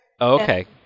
okay